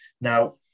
Now